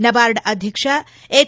ನಬಾರ್ಡ್ ಅಧ್ಯಕ್ಷ ಎಚ್